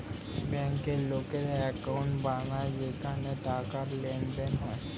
ব্যাংকে লোকেরা অ্যাকাউন্ট বানায় যেখানে টাকার লেনদেন হয়